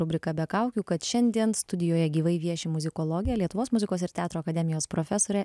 rubriką be kaukių kad šiandien studijoje gyvai vieši muzikologė lietuvos muzikos ir teatro akademijos profesorė